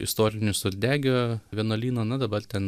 istorinį surdegio vienuolyną nu dabar ten